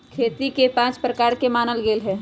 खेती के पाँच प्रकार के मानल गैले है